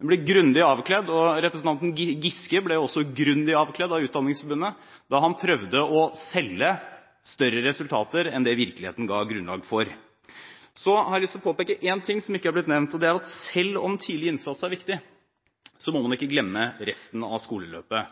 den ble grundig avkledd. Representanten Giske ble også grundig avkledd av Utdanningsforbundet da han prøvde å selge større resultater enn det virkeligheten ga grunnlag for. Så har jeg lyst til å påpeke én ting som ikke er blitt nevnt. Det er at selv om tidlig innsats er viktig, må man ikke glemme resten av skoleløpet.